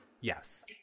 Yes